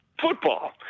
football